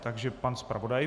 Takže pan zpravodaj.